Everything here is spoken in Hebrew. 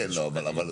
אין אותו יותר.